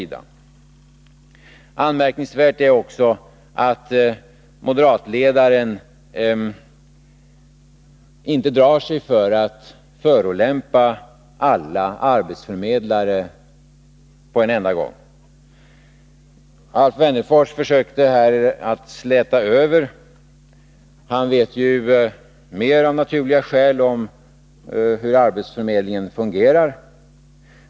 Vidare är det anmärkningsvärt att moderatledaren inte drar sig för att förolämpa alla arbetsförmedlare på en enda gång. Alf Wennerfors försökte här att släta över vad som sagts. Av naturliga skäl vet han mera om hur arbetsförmedlingen fungerar.